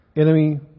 enemy